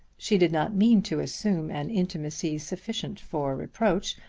she did not mean to assume an intimacy sufficient for reproach.